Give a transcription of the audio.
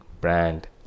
brand